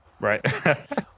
right